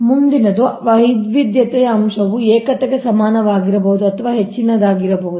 ಆದ್ದರಿಂದ ಮುಂದಿನದು ವೈವಿಧ್ಯತೆಯ ಅಂಶವು ಏಕತೆಗೆ ಸಮಾನವಾಗಿರಬಹುದು ಅಥವಾ ಹೆಚ್ಚಿನದಾಗಿರಬಹುದು